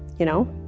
you know?